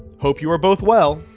hope you are both well.